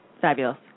Fabulous